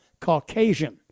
Caucasian